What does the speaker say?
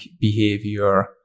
behavior